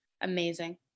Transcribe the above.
amazing